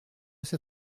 ces